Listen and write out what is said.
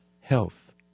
health